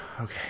Okay